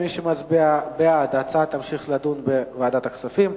מי שמצביע בעד, ההצעה תמשיך להידון בוועדת הכספים.